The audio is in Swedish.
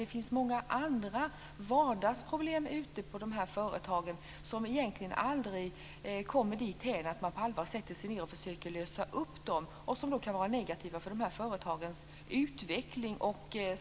Det finns också många andra vardagsproblem på de här företagen som egentligen aldrig kommer dithän att man på allvar sätter sig ned och försöker lösa dem. Det kan vara negativt för de här företagens utveckling.